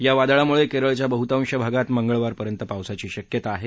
या वादळामुळे केरळच्या बहुतांश भागात मंगळवारपर्यंत पावसाची शक्यता आहे